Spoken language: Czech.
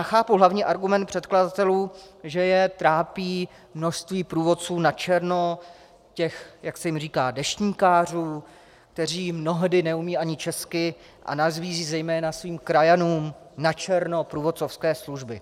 Chápu hlavní argument předkladatelů, že je trápí množství průvodců načerno, těch, jak se jim říká, deštníkářů, kteří mnohdy neumějí ani česky a nabízejí zejména svým krajanům načerno průvodcovské služby.